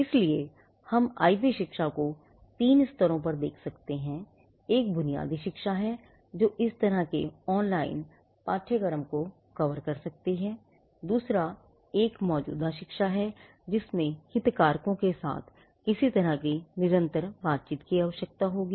इसलिए हम आईपी शिक्षा को तीन स्तरों से देख सकते हैं एक बुनियादी शिक्षा है जो इस तरह के ऑनलाइन पाठ्यक्रम को कवर कर सकती है दूसरा एक मौजूदा शिक्षा है जिसमें हितधारकों के साथ किसी तरह की निरंतर बातचीत की आवश्यकता होगी